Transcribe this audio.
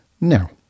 now